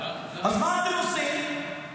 אז מה אתם עושים?